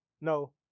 no